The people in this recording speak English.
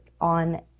on